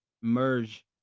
Merge